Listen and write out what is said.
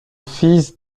fils